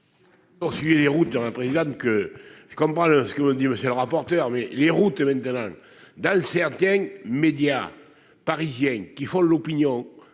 ...